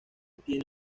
tiene